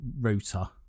router